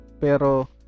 pero